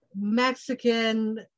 Mexican